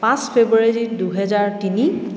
পাঁচ ফেব্ৰুৱাৰী দুহেজাৰ তিনি